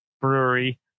Brewery